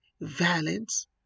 violence